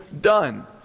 done